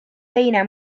teine